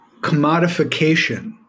commodification